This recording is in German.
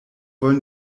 wollen